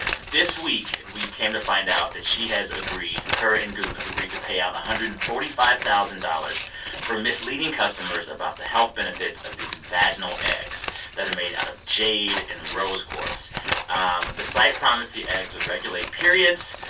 this week, we came to find out that she has agreed her and goop have agreed to pay out one hundred and forty five thousand dollars for misleading customers about the health benefits of these vaginal eggs that are made out of jade and rose quartz um the site promised the eggs would regulate periods,